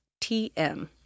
TM